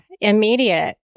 immediate